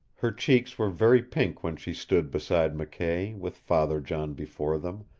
her cheeks were very pink when she stood beside mckay, with father john before them,